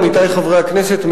עמיתי חברי הכנסת,